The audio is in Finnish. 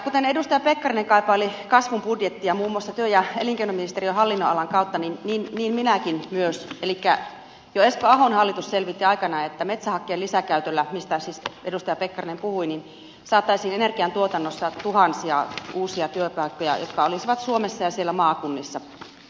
kuten edustaja pekkarinen kaipaili kasvun budjettia muun muassa työ ja elinkeinoministeriön hallinnonalan kautta niin minäkin myös elikkä jo esko ahon hallitus selvitti aikanaan että metsähakkeen lisäkäytöllä mistä siis edustaja pekkarinen puhui saataisiin energiantuotannossa tuhansia uusia työpaikkoja jotka olisivat suomessa ja siellä maakunnissa